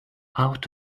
out